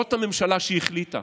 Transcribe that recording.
זאת הממשלה שהחליטה.